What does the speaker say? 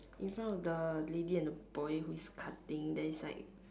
in front of the lady and the boy who is cutting there is like